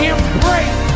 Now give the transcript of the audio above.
Embrace